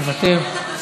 מוותר.